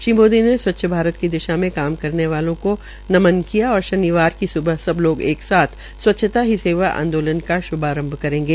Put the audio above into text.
श्रीमोदी ने स्वच्छ भारत की दिशा में काम करने वालों को नमम किया और शनिवार की स्बह सब लोग एक साथ स्वच्छता ही सेवा आंदोलन का श्भारंभ करेंगे